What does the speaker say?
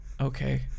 okay